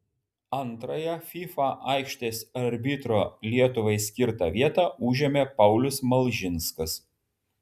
antrąją fifa aikštės arbitro lietuvai skirtą vietą užėmė paulius malžinskas